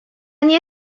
nie